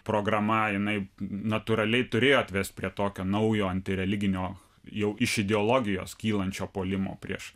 programa jinai natūraliai turėjo atvest prie tokio naujo antireliginio jau iš ideologijos kylančio puolimo prieš